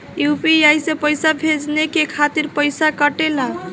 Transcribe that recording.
UPI से पइसा भेजने के खातिर पईसा कटेला?